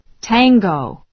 tango